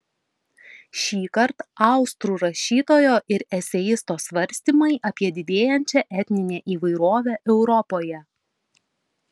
šįkart austrų rašytojo ir eseisto svarstymai apie didėjančią etninę įvairovę europoje